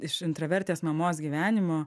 iš intravertės mamos gyvenimo